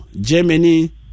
Germany